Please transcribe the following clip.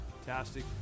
fantastic